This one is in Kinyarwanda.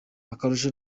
akarusho